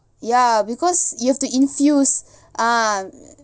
ya because you have to infuse ah